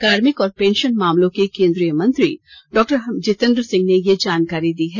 कार्मिक और पेंशन मामलों के केंद्रीय मंत्री डॉक्टर जीतेन्द्र सिंह ने यह जानकारी दी है